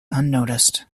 unnoticed